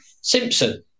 Simpson